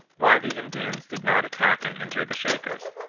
why the indians did not attack and injure the shakers,